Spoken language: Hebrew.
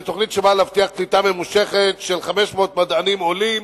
זוהי תוכנית שבאה להבטיח קליטה ממושכת של 500 מדענים עולים,